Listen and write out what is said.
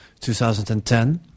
2010